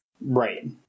Right